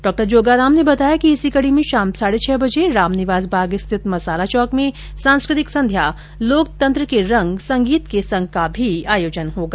डॉ जोगाराम ने बताया कि इसी कड़ी में शाम साढे छ बजे रामनिवास बाग स्थित मसाला चौक में सांस्कृतिक संध्या लोकतंत्र के रंग संगीत के संग का भी आयोजन किया जाएगा